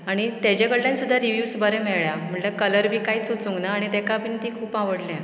आनी ताज्या कडल्यान सुद्दां रिविव्स बरे मेळ्ळ्या म्हणल्या कलर बी कांयच वचूंक ना आनी ताका बी ती खूब आवडल्या